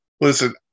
listen